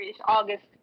August